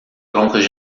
troncos